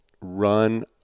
run